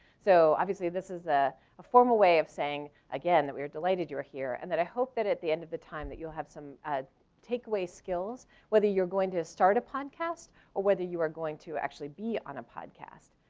so obviously this is ah a formal way of saying again that we are delighted you're here and that i hope that at the end of the time that you'll have some takeaway skills, whether you're going to start a podcast or whether you are going to actually be on a podcast.